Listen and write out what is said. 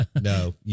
no